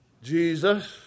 Jesus